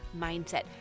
mindset